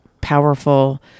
powerful